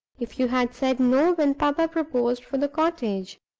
if you had said no when papa proposed for the cottage.